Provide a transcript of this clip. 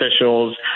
officials